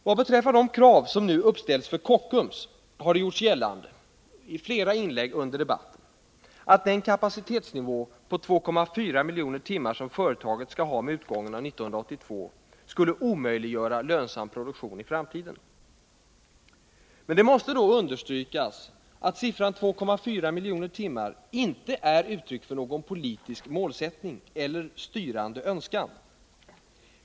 Vad beträffar de krav som nu uppställs för Kockums har det gjorts gällande att den kapacitetsnivå på 2,4 miljoner timmar som företaget skall ha med utgången av år 1982 skulle omöjliggöra lönsam produktion i framtiden. Men det måste då understrykas att siffran 2,4 miljoner timmar inte är uttryck för någon politisk målsättning eller styrande önskan.